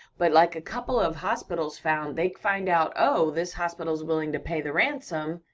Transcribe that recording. but like a couple of hospitals found, they find out, oh, this hospital's willing to pay the ransom,